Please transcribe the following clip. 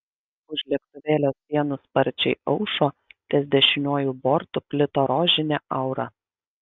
už lėktuvėlio sienų sparčiai aušo ties dešiniuoju bortu plito rožinė aura